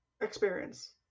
experience